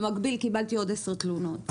במקביל קיבלתי עוד עשר תלונות.